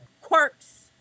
quirks